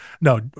no